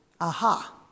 aha